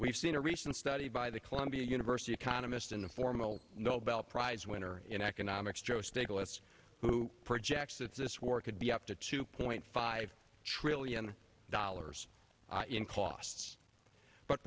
we've seen a recent study by the columbia university economist and the formal nobel prize winner in economics joe stiglitz who projects that this war could be up to two point five trillion dollars in costs but